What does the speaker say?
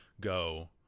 go